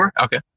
Okay